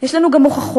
יש לנו גם הוכחות: